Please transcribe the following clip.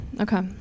okay